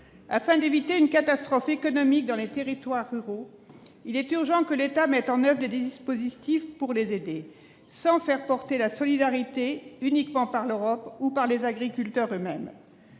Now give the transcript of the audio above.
Afin d'éviter une catastrophe économique dans les territoires ruraux, il est urgent que l'État mette en oeuvre des dispositifs pour les aider, sans faire porter la solidarité uniquement par l'Europe ou par les agriculteurs eux-mêmes.